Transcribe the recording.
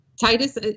Titus